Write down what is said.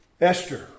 esther